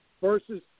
Versus